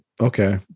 Okay